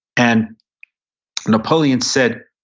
and napoleon said,